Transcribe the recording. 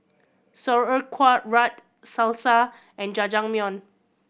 Sauerkraut Salsa and Jajangmyeon